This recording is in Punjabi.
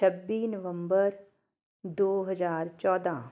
ਛੱਬੀ ਨਵੰਬਰ ਦੋ ਹਜ਼ਾਰ ਚੌਦ੍ਹਾਂ